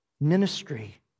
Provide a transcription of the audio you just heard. ministry